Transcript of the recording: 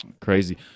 crazy